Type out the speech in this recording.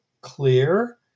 clear